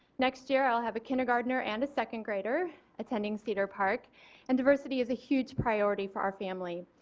next year i will have a kindergartner and a second-grader attending cedar park and diversity is a huge priority for our family.